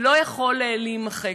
ולא יכול להימחק.